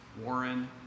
Warren